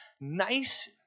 nice